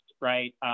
right